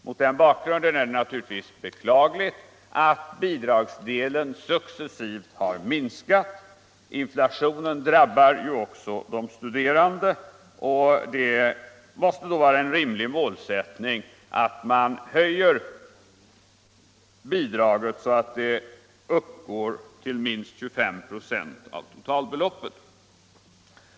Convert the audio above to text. Mot den bakgrunden är det naturligtvis beklagligt att bidragsdelen successivt har minskat. Inflationen drabbar ju också de studerande. Det måste då vara en rimlig målsättning att höja bidraget så att det uppgår till minst 25 96 av totalbeloppet.